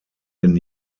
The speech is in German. den